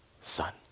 son